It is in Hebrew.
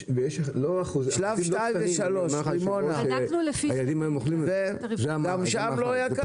שלב 2 ו-3 רימונה, גם שם לא יקר?